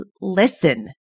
listen